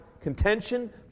contention